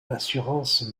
l’assurance